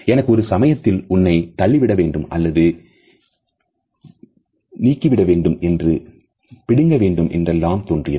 எனக்கு ஒரு சமயத்தில் உன்னை தள்ளிவிட வேண்டும் அல்லது தீ விடவேண்டும் வேண்டும் அல்லது பிடுங்க வேண்டும் என்றெல்லாம் தோன்றியது